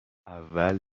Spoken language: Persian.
اول